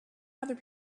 other